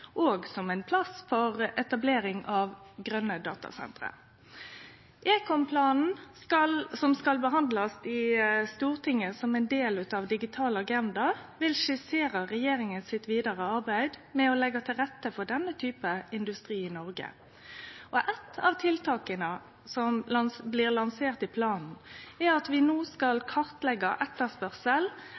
som ein plass for etablering av grøne datasenter. Ekomplanen, som skal behandlast i Stortinget som ein del av Digital agenda, vil skissere regjeringas vidare arbeid med å leggje til rette for denne typen industri i Noreg. Eitt av tiltaka som blir lansert i planen, er at vi no skal kartleggje etterspørsel